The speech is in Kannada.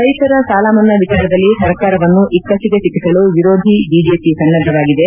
ರೈತರ ಸಾಲಮನ್ನಾ ವಿಚಾರದಲ್ಲಿ ಸರ್ಕಾರವನ್ನು ಇಕ್ಕಟ್ಟಗೆ ಸಿಕ್ಕಸಲು ವಿರೋಧಿ ಬಿಜೆಪಿ ಸನ್ನದ್ದವಾಗಿದೆ